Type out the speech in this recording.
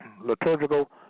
liturgical